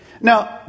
Now